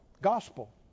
gospel